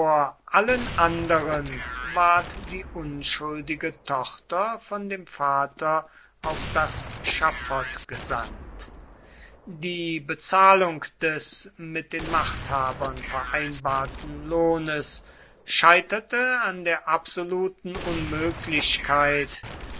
allen anderen ward die unschuldige tochter von dem vater auf das schafott gesandt die bezahlung des mit den machthabern vereinbarten lohnes scheiterte an der absoluten unmöglichkeit